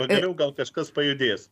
pagaliau gal kažkas pajudės